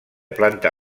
planta